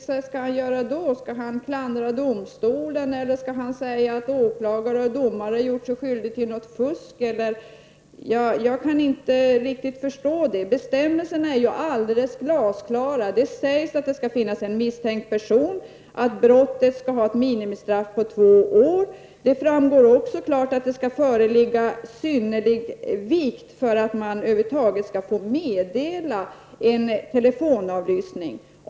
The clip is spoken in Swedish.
Skall han klandra domstolen eller skall han säga att åklagaren eller domarna gjort sig skyldiga till fusk? Jag kan faktiskt inte riktigt förstå vad han menar. Bestämmelserna är ju alldeles glasklara. Det sägs att det skall finnas en misstänkt person och att brottet skall ha en minimistrafftid på två år. Det framgår också klart att det skall föreligga synnerlig vikt för att man över huvud taget skall få meddela tillstånd för telefonavlyssning.